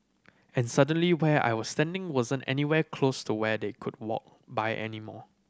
and suddenly where I was standing wasn't anywhere close to where they could walk by anymore